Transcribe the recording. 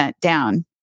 down